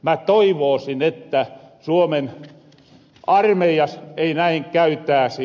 mä toivoosin että suomen armeijas ei näin käytääsi